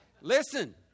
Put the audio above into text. listen